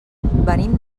venim